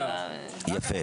יפה,